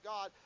God